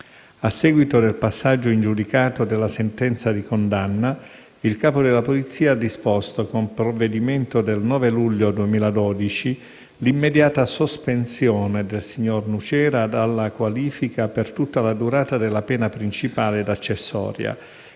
A seguito del passaggio in giudicato della sentenza di condanna, il capo della Polizia ha disposto, con provvedimento del 9 luglio 2012, l'immediata sospensione del signor Nucera dalla qualifica per tutta la durata della pena principale ed accessoria